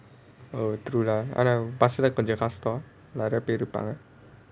oh true lah ஆனா:aanaa bus leh கொஞ்சம்:konjam fast ah நிறைய பேரு இருப்பாங்க:niraiya peru irupaanga